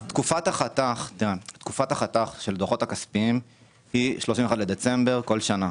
תקופת החתך של הדוחות הכספיים היא ה-31 בדצמבר כל שנה.